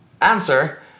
answer